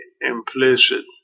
implicit